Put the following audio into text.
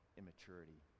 immaturity